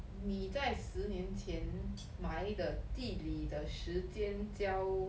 你在十年前埋的地里的时间胶